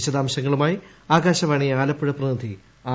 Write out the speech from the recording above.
വിശദാംശങ്ങളുമായി ആകാശവാണി ആലപ്പുഴ പ്രതിനിധി ആർ